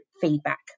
feedback